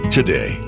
Today